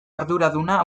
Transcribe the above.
arduraduna